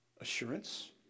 assurance